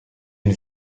une